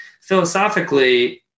philosophically